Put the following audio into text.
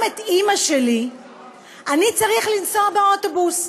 את אימא שלי אני צריך לנסוע באוטובוס,